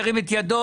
ירים את ידו.